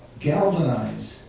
galvanize